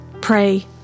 Pray